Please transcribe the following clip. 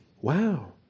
wow